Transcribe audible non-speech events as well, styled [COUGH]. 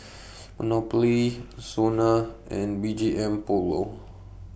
[NOISE] Monopoly Sona and B G M Polo